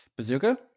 Bazooka